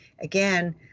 Again